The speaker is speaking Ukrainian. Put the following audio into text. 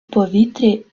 повітрі